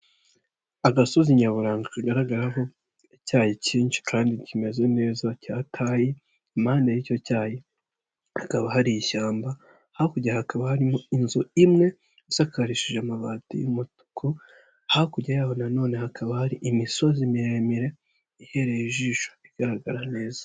Agasozi nyaburanga kagaragaraho icyayi cyinshi kandi kimeze neza cya tayi, impande y'icyo cyayi hakaba hari ishyamba, hakurya hakaba harimo inzu imwe, isakarishije amabati y'umutuku, hakurya yaho na none hakaba hari imisozi miremire, ibereye ijisho igaragara neza.